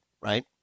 right